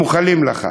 מוחלים לך.